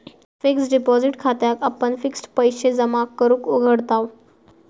fixed deposit खात्याक आपण fixed पैशे जमा करूक उघडताव